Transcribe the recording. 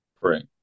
Right